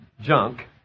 Junk